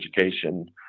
education